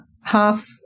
half